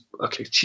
okay